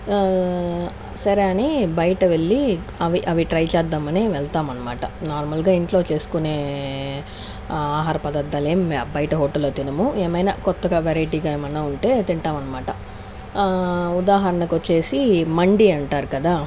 సరే అని బయటికి వెళ్ళీ అవి అవి ట్రై చేద్దామని వెళ్తాం అనమాట నార్మల్గా ఇంట్లో చేసుకునే ఆహార పదార్థాలు ఏం బయట హోటల్లో తినము ఏమైనా కొత్తగా వెరైటీగా ఏమైనా ఉంటే తింటాం అనమాట ఉదాహరణకు వచ్చేసి మండి అంటారు కదా